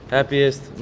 Happiest